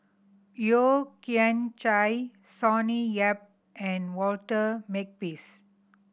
Yeo Kian Chai Sonny Yap and Walter Makepeace